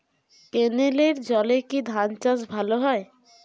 ক্যেনেলের জলে কি ধানচাষ ভালো হয়?